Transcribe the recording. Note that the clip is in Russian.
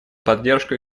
поддержку